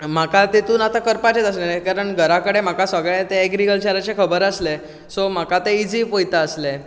म्हाका तेतूंत आता करपाचेंच आसलें कित्याक घरा कडेन म्हाका सगळेंच ऍग्रीकल्चराचें खबर आसलें सो म्हाका आतां इजी वयता आसलें